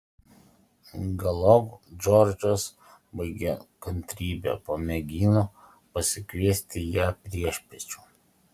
galop džordžas baigė kantrybę pamėgino pasikviesti ją priešpiečių